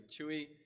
Chewy